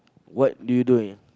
what do you doing